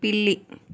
పిల్లి